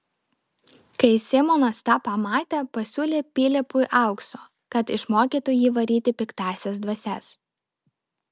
kai simonas tą pamatė pasiūlė pilypui aukso kad išmokytų jį varyti piktąsias dvasias